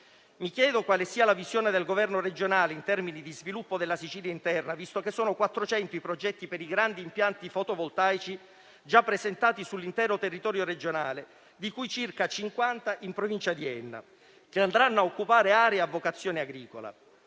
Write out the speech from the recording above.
Mi chiedo quale sia la visione del governo regionale in termini di sviluppo della Sicilia interna, visto che sono 400 i progetti per grandi impianti fotovoltaici già presentati sull'intero territorio regionale, di cui circa 50 in provincia di Enna, che andranno a occupare aree a vocazione agricola.